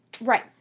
Right